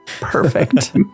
Perfect